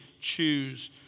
choose